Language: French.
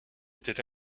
était